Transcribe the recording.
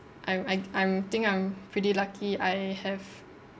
I'm I I'm think I'm pretty lucky I have